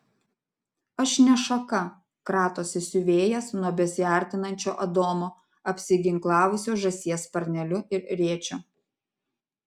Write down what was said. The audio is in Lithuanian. aš ne šaka kratosi siuvėjas nuo besiartinančio adomo apsiginklavusio žąsies sparneliu ir rėčiu